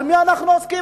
במי אנחנו עוסקים?